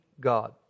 God